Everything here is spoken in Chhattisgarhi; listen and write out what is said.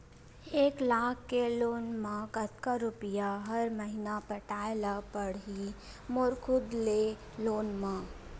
एक लाख के लोन मा कतका रुपिया हर महीना पटाय ला पढ़ही मोर खुद ले लोन मा?